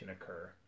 occur